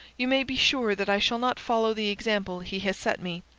you may be sure that i shall not follow the example he has set me.